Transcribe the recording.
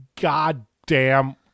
goddamn